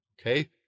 Okay